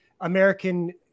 American